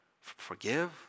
forgive